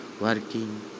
working